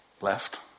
Left